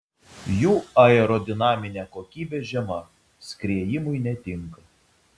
jų aerodinaminė kokybė žema skriejimui netinka